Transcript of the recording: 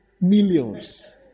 millions